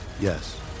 Yes